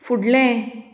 फुडलें